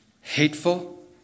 hateful